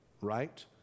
right